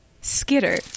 skitter